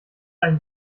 einen